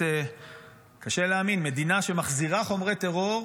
קשה להאמין, מדינה שמחזירה חומרי טרור,